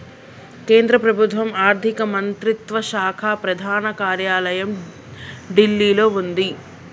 కేంద్ర ప్రభుత్వం ఆర్ధిక మంత్రిత్వ శాఖ ప్రధాన కార్యాలయం ఢిల్లీలో వుంది